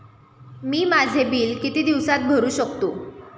मी माझे बिल किती दिवसांत भरू शकतो?